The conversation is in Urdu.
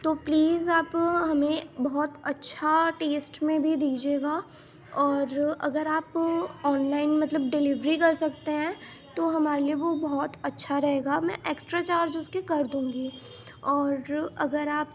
تو پلیز آپ ہمیں بہت اچھا ٹیسٹ میں بھی دیجیے گا اور اگر آپ آنلائن مطلب ڈلیوری کر سکتے ہیں تو ہمارے لیے وہ بہت اچھا رہے گا میں اکسٹرا چارج اس کے کر دوںگی اور اگر آپ